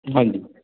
ਹਾਂਜੀ